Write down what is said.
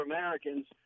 Americans